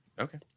Okay